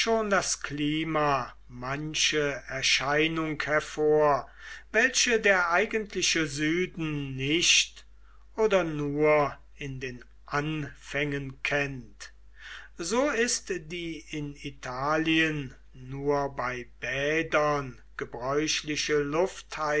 das klima manche erscheinung hervor welche der eigentliche süden nicht oder nur in den anfängen kennt so ist die in italien nur bei bädern gebräuchliche luftheizung